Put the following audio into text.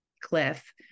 cliff